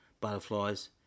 butterflies